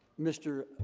mr.